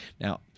Now